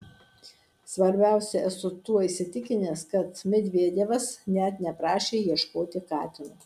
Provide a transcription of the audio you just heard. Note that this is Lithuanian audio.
svarbiausia esu tuo įsitikinęs kad medvedevas net neprašė ieškoti katino